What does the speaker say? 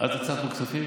את הצעת לו ועדת הכספים?